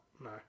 No